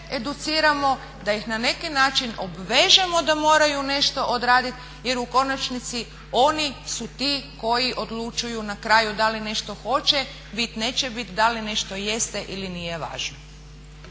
educiramo, da ih na neki način obvežemo da moraju nešto odraditi jer u konačnici oni su ti koji odlučuju na kraju da li nešto hoće biti, neće biti, da li nešto jeste ili nije važno.